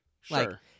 Sure